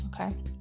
Okay